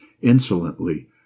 Insolently